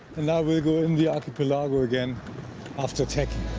and i will go in the archipelago again after tacking.